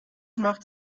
machte